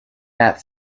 that